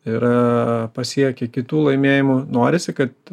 yra pasiekę kitų laimėjimų norisi kad